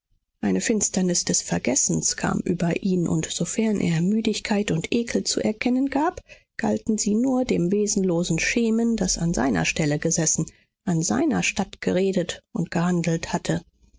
eine finsternis des vergessens kam über ihn und sofern er müdigkeit und ekel zu erkennen gab galten sie nur dem wesenlosen schemen das an seiner stelle gesessen an seiner statt geredet und gehandelt hatte